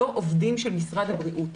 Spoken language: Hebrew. לא עובדים של משרד הבריאות.